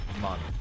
month